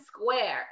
Square